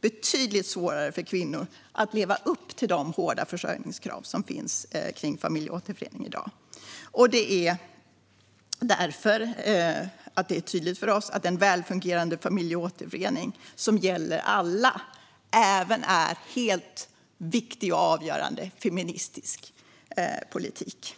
betydligt svårare för kvinnor att leva upp till de hårda försörjningskrav som finns för familjeåterförening i dag. Det är tydligt för oss att en välfungerande familjeåterförening som gäller alla även är viktig och avgörande feministisk politik.